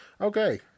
okay